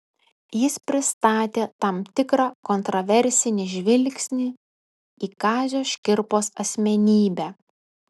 jis pristatė tam tikrą kontraversinį žvilgsnį į kazio škirpos asmenybę